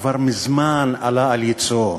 כבר מזמן עלה על יצועו,